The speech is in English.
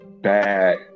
bad